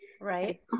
right